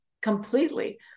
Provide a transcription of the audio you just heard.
completely